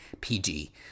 PG